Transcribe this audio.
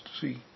see